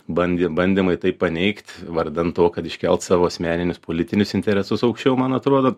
bandė bandymai tai paneigt vardan to kad iškelt savo asmeninius politinius interesus aukščiau man atrodo